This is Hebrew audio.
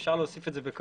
אפשר להוסיף את זה.